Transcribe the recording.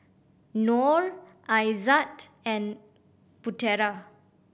Nor Aizat and Putera